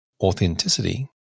authenticity